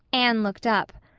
anne looked up.